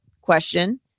question